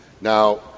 Now